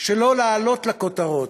שלא להעלות לכותרות,